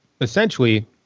essentially